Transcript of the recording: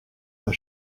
pas